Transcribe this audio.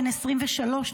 בן 23,